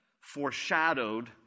foreshadowed